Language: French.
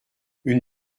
une